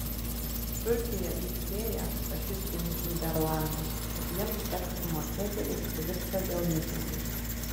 turkija įspėja fašistinius nyderlandus kad jiems teks sumokėti už kivirčą dėl mitingų